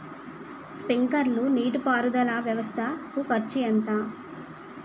Sprinkler నీటిపారుదల వ్వవస్థ కు ఖర్చు ఎంత?